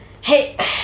Hey